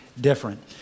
different